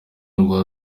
rwa